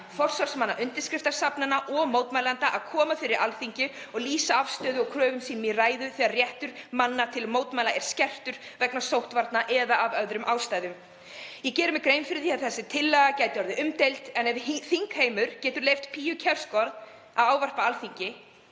forsvarsmanna undirskriftasafnana og mótmælenda að koma fyrir Alþingi og lýsa afstöðu og kröfum sínum í ræðu þegar réttur manna til mótmæla er skertur vegna sóttvarna eða af öðrum ástæðum.“ Ég geri mér grein fyrir því að tillagan gæti orðið umdeild, en ef þingheimur getur leyft Piu Kærsgaard að ávarpa Alþingi